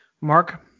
Mark